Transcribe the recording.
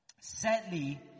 Sadly